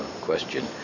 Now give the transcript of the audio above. question